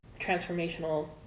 transformational